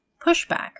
pushback